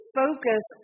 focus